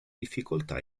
difficoltà